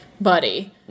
buddy